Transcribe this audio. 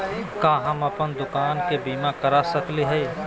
का हम अप्पन दुकान के बीमा करा सकली हई?